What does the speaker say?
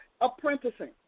apprenticing